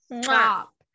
stop